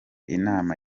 inama